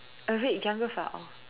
a red junglefowl